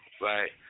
right